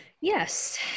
Yes